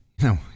No